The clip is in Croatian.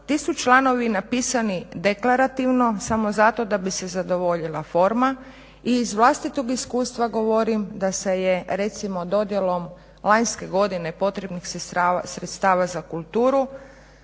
ti su članovi napisani deklarativno samo zato da bi se zadovoljila forma i iz vlastitog iskustva govorim da se je recimo dodjelom lanjske godine potrebnih sredstava za kulturu